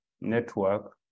network